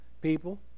people